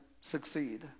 succeed